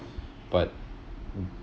but